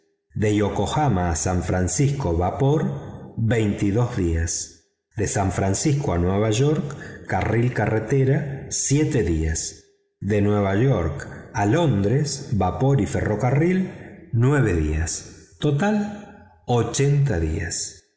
de yokohama a san francisco vapor veintidós días de san francisco a nueva york carril siete días de nueva york a londres vapor y ferrocarril nueve días total ochenta días